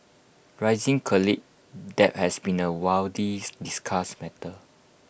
rising college debt has been A discussed matter